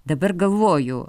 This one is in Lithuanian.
dabar galvoju